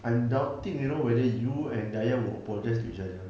I'm doubting you know whether you and dayah would apologise to each other